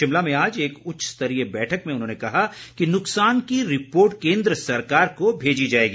शिमला में आज एक उच्च स्तरीय बैठक में उन्होंने कहा कि नुकसान की रिपोर्ट केन्द्र सरकार को भेजी जाएगी